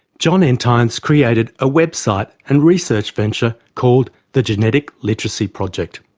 jon entine's created a website and research venture called the genetic literacy project.